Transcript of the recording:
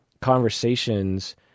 conversations